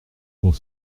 pour